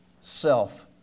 self